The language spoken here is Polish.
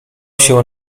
się